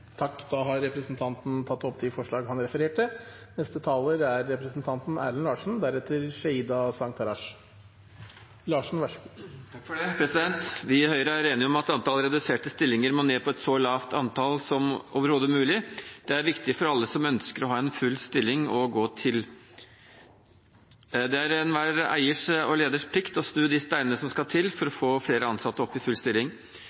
Da har representanten Tore Hagebakken tatt opp de forslagene han refererte til. Vi i Høyre er enige om at antallet reduserte stillinger må ned på et så lavt antall som overhodet mulig. Det er viktig for alle som ønsker å ha en full stilling å gå til. Det er enhver eiers og leders plikt å snu de steinene som skal til for å